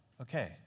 Okay